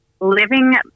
living